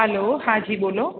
હાલો હા જી બોલો